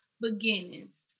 beginnings